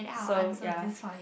so ya